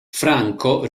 franco